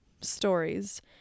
stories